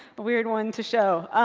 but weird one to show.